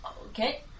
Okay